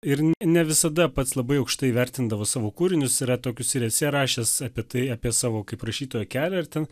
ir ne visada pats labai aukštai įvertindavo savo kūrinius yra tokius ir esė rašęs apie tai apie savo kaip rašytojo kelią ir ten